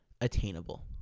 attainable